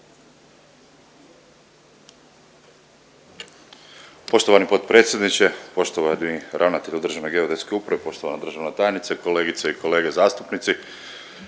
Poštovani potpredsjedniče, poštovani ravnatelju Državne geodetske uprave, poštovana državna tajnice, kolegice i kolege zastupnici